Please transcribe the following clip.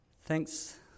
thanks